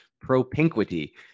propinquity